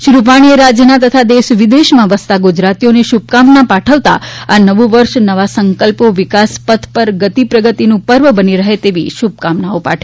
શ્રી રૂપાણીએ રાજ્યના તથા દેશ વિદેશમાં વસતા ગુજરાતીઓને શુભકામનાઓ પાઠવતા આ નવું વર્ષ નવા સંકલ્પો વિકાસપથ પર ગતિ પ્રગતિનું પર્વ બની રહે તેવી શુભેચ્છાઓ પાઠવી છે